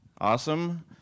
Awesome